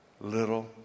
little